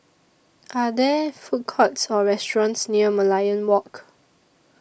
Are There Food Courts Or restaurants near Merlion Walk